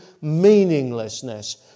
meaninglessness